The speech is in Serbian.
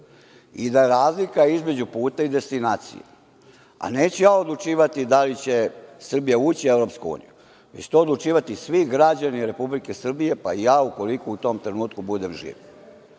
i da je razlika između puta i destinacije, a neću ja odlučivati da li će Srbija ući u EU, već će to odlučivati svi građani Republike Srbije, pa i ja ukoliko u tom trenutku budem